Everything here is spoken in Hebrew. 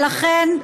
ולכן,